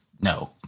no